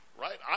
right